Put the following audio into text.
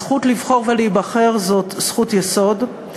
הזכות לבחור ולהיבחר זאת זכות יסוד,